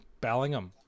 Bellingham